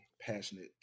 passionate